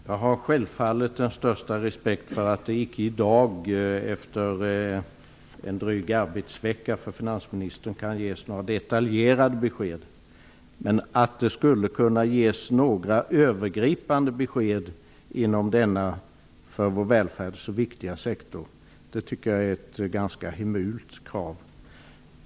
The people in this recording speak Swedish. Herr talman! Jag har självfallet den största respekt för att det i dag, efter drygt en arbetsvecka för finansministern, icke kan ges några detaljerade besked. Men att det skulle kunna ges några övergripande besked inom denna för vår välfärd så viktiga sektor tycker jag är ett ganska så hemult krav.